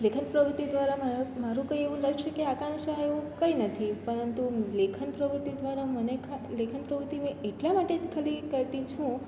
લેખન પ્રવૃત્તિ દ્વારા માર મારું કઇં એવું લક્ષ્ય કે આકાંક્ષા એવું કંઈ નથી પરંતુ લેખન પ્રવૃત્તિ દ્વારા મને લેખન પ્રવૃત્તિ મેં એટલા માટે જ ખાલી કરતી છું